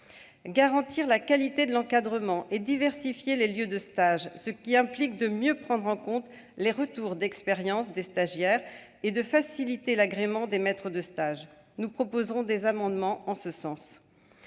garantir la qualité de l'encadrement et diversifier les lieux de stage, ce qui implique de mieux prendre en compte les retours d'expérience des stagiaires et de faciliter l'agrément des maîtres de stage- nous proposerons des amendements en ce sens